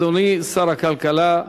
אדוני שר הכלכלה,